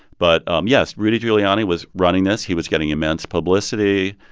but um yes, rudy giuliani was running this. he was getting immense publicity.